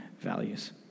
values